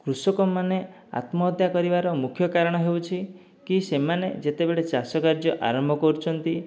କୃଷକମାନେ ଆତ୍ମହତ୍ୟା କରିବାର ମୁଖ୍ୟ କାରଣ ହେଉଛି କି ସେମାନେ ଯେତେବେଳେ ଚାଷକାର୍ଯ୍ୟ ଆରମ୍ଭ କରୁଛନ୍ତି